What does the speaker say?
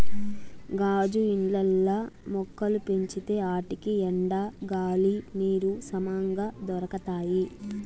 గాజు ఇండ్లల్ల మొక్కలు పెంచితే ఆటికి ఎండ, గాలి, నీరు సమంగా దొరకతాయి